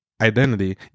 identity